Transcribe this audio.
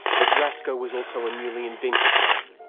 but rasko was also a newly invented name,